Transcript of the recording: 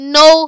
no